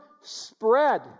spread